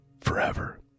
forever